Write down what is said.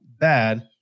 bad